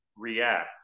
react